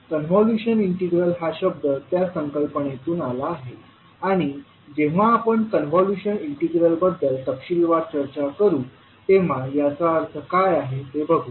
convolution integral हा शब्द त्या संकल्पनेतून आला आहे आणि जेव्हा आपण कॉन्व्होल्यूशन इंटिग्रलबद्दल तपशीलवार चर्चा करू तेव्हा याचा अर्थ काय आहे ते बघू